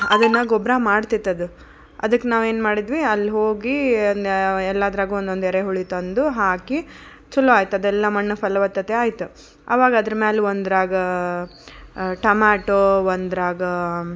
ಅದನ್ನು ಗೊಬ್ಬರ ಮಾಡ್ತೈತಿ ಅದು ಅದಕ್ಕೆ ನಾವು ಏನ್ಮಾಡಿದ್ವಿ ಅಲ್ಲಿ ಹೋಗಿ ಎಲ್ಲಾದ್ರಾಗೂ ಒಂದೊಂದು ಎರೆಹುಳಿ ತಂದು ಹಾಕಿ ಚಲೋ ಆಯ್ತದೆ ಎಲ್ಲ ಮಣ್ಣು ಫಲವತ್ತತೆ ಆಯಿತು ಆವಾಗ ಅದರ ಮೇಲೆ ಒಂದರಾಗ ಟಮಾಟೋ ಒಂದರಾಗ